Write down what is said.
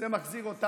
זה מחזיר אותנו